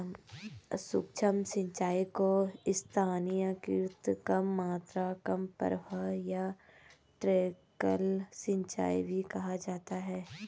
सूक्ष्म सिंचाई को स्थानीयकृत कम मात्रा कम प्रवाह या ट्रिकल सिंचाई भी कहा जाता है